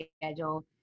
schedule